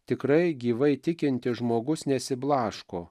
tikrai gyvai tikintis žmogus nesiblaško